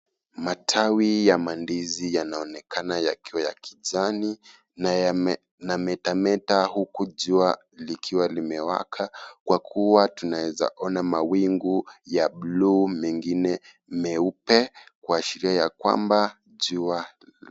Matawi ya mandizi yanaonekana yakiwa ya kijani, na yanameta meta huku jua likiwa limewaka kwa kuwa tunaeza ona mawingu ya blue mengine meupe kuashiria ya kwamba jua .